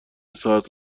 ساعت